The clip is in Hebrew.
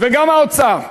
וגם האוצר.